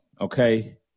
okay